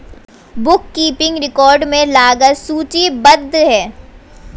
book keeping record में लागत सूचीबद्ध है